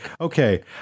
okay